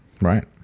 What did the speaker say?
Right